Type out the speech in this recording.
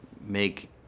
make